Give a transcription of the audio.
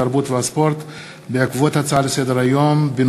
התרבות והספורט בעקבות דיון בהצעה לסדר-היום של